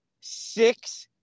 six